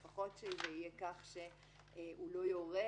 לפחות שזה יהיה כך שהוא לא יורה,